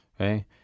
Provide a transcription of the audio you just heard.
okay